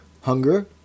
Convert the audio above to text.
hunger